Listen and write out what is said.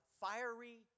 fiery